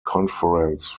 conference